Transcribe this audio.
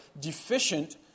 deficient